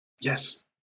Yes